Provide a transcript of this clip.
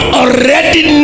already